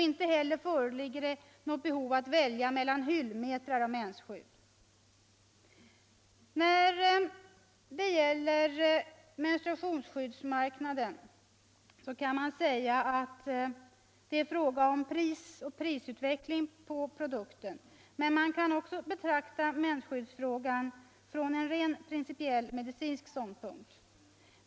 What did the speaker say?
Det föreligger inte något behov av att välja bland hyllmetrar av mensskydd. När det gäller menstruationsskyddsmarknaden kan man säga att det är fråga om pris och prisutveckling på produkten, men man kan också betrakta mensskyddsfrågan från en rent principiell, medicinsk ståndpunkt.